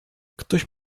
ktoś